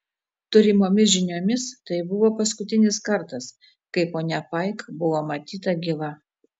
turimomis žiniomis tai buvo paskutinis kartas kai ponia paik buvo matyta gyva